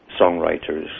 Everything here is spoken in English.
songwriters